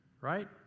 right